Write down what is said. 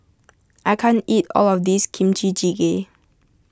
I can't eat all of this Kimchi Jjigae